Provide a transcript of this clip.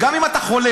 גם אם אתה חולק,